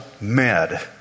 mad